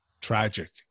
tragic